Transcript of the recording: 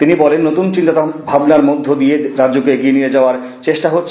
তিনি বলেন নতুন চিন্তাভাবনার মধ্য দিয়ে রাজ্যকে এগিয়ে নিয়ে যাওয়ার চেষ্টা হচ্ছে